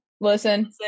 listen